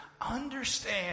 understand